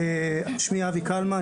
שמי אבי קלמה,